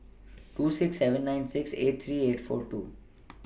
two six seven nine six eight three eight four two